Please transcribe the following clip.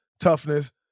toughness